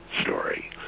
story